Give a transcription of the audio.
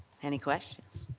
any questions.